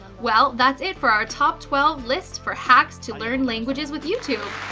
well, that's it for our top twelve list for hacks to learn languages with youtube.